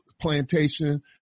plantation